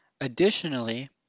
Additionally